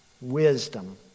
Wisdom